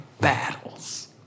battles